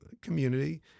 community